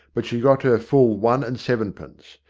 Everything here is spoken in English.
but she got her full one and seven pence.